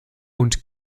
und